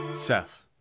Seth